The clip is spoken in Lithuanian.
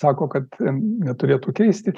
sako kad neturėtų keisti